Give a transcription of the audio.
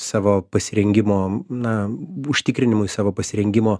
savo pasirengimo na užtikrinimui savo pasirengimo